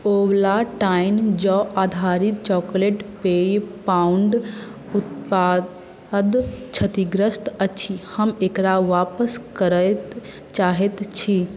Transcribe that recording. Ovaltine जौ आधारित chocolate पेय पाउडर उत्पाद क्षतिग्रस्त अछि हम एकरा आपस करय चाहैत छी